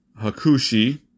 Hakushi